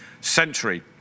century